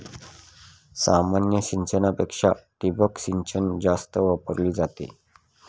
सामान्य सिंचनापेक्षा ठिबक सिंचन जास्त वापरली जाते